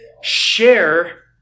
Share